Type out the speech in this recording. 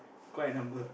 quite a number